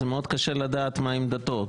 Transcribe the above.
זה מאוד קשה לדעת מה עמדתו,